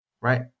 right